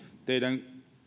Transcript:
teidän